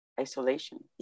isolation